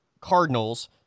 Cardinals